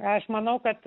aš manau kad